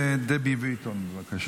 תודה.